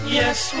yes